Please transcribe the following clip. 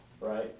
right